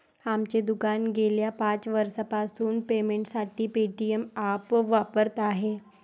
आमचे दुकान गेल्या पाच वर्षांपासून पेमेंटसाठी पेटीएम ॲप वापरत आहे